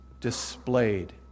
displayed